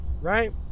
right